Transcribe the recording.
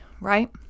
right